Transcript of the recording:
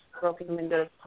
broken-windows